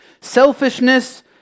Selfishness